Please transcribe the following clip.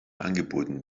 angeboten